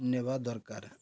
ନେବା ଦରକାର